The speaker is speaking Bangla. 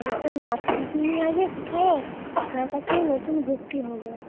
আমি তো নাচ শিখিনি আগে কোথাও আপনার কাছে নতুন ভর্তি হবো